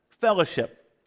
fellowship